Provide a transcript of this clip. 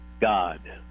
God